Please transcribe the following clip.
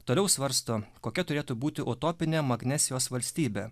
toliau svarsto kokia turėtų būti utopinė magnezijos valstybė